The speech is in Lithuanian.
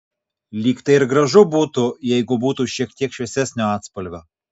lyg tai ir gražu būtų jeigu būtų šiek tiek šviesesnio atspalvio